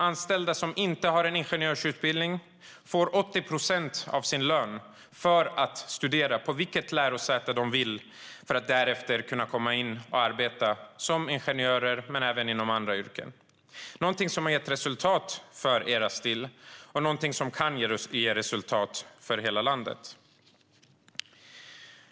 Anställda som inte har en ingenjörsutbildning får 80 procent av sin lön för att studera på vilket lärosäte de vill för att därefter kunna komma in och arbeta som ingenjörer men även inom andra yrken. Det är någonting som har gett resultat för Erasteel Kloster och någonting som kan ge resultat för hela landet.